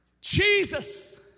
Jesus